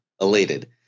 elated